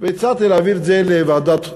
והצעתי להעביר את זה לוועדת הכלכלה.